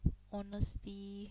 honestly